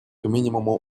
минимуму